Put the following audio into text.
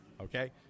Okay